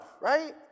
right